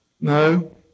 No